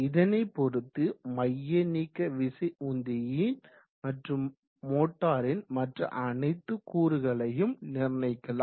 இதனை பொறுத்து மைய நீக்க விசை உந்தியின் மற்றும் மோட்டாரின் மற்ற அனைத்து கூறுகளையும் நிர்ணயிக்கலாம்